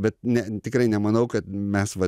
bet ne tikrai nemanau kad mes vat